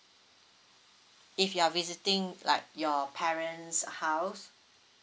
if you are visiting like your parents house